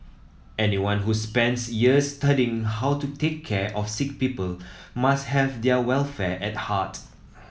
anyone who spends years studying how to take care of sick people must have their welfare at heart